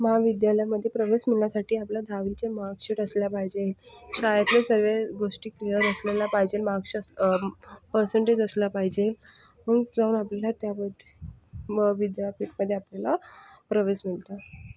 महाविद्यालयामध्ये प्रवेश मिळण्यासाठी आपल्या दहावीचे मार्कशीट असला पाहिजे शाळेतले सगळे गोष्टी क्लियर असलेल्या पाहिजे मार्क्सचा पर्सेंटेज असला पाहिजे मग जाऊन आपल्याला त्या मग विद्यापीठमध्ये आपल्याला प्रवेश मिळतो